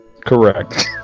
Correct